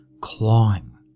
clawing